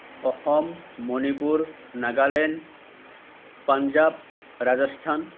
Assam Manipur Nagaland Punjab Rajasthan